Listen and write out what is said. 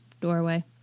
doorway